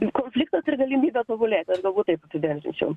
konfliktas ir galimybė tobulėt aš galbūt taip apibendrinčiau